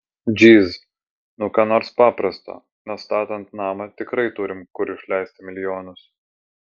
džyz nu ką nors paprasto nes statant namą tikrai turim kur išleisti milijonus